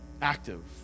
active